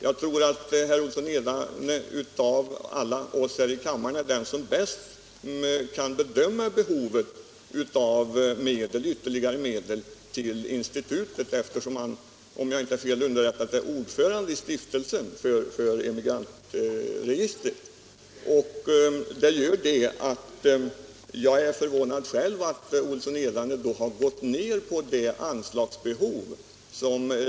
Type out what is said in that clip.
Jag tror att herr Olsson i Edane är den av oss alla i kammaren som bäst kan bedöma behovet av ytterligare medel till institutet, eftersom han — om jag inte är felunderrättad — är ordförande i stiftelsen för Emigrantregistret. Jag är därför förvånad över att herr Olsson i Edane själv gått ner till ett lägre anslag.